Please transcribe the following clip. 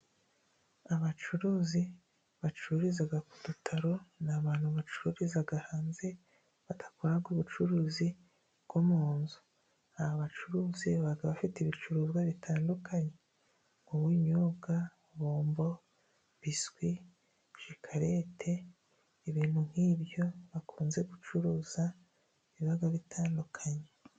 Abacuruzi bacururiza ku dutaro ni abantu bacururiza hanze badakora ubucuruzi bwo mu nzu. Aba bacuruzi baba bafite ibicuruzwa bitandukanye nk'ubunyobwa, bombo, biswi, shikarete. Ibintu nk'ibyo bakunze gucuruza biba bitandukanye.